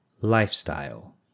lifestyle